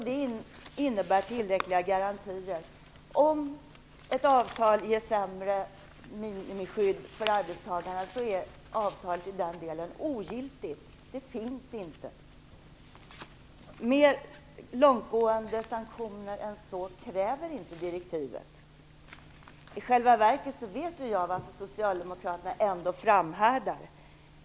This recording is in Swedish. Det innebär tillräckliga garantier. Om ett avtal ger sämre minimiskydd för arbetstagarna är avtalet i den delen ogiltigt - det finns inte. Mer långtgående sanktioner än så krävs inte i direktivet. I själva verket vet jag varför Socialdemokraterna ändå framhärdar.